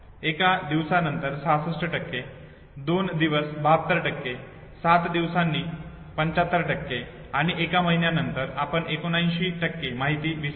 एका दिवसानंतर 66 दोन दिवस 72 सात दिवसानी 75 आणि एका महिन्यानंतर आपण 79 माहिती विसरली